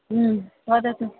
ह्म् वदतु